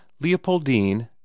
Leopoldine